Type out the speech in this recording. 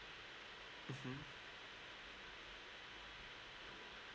mmhmm